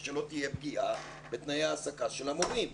שלא תהיה פגיעה בתנאי ההעסקה של המורים.